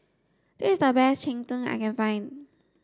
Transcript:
this is the best cheng tng that I can find